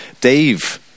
Dave